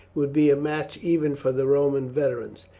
would be a match even for the roman veterans.